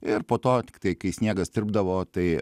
ir po to tiktai kai sniegas tirpdavo tai